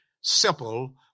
simple